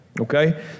okay